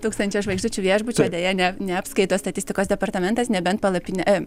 tūkstančio žvaigždučių viešbučio deja ne neapskaito statistikos departamentas nebent palapinę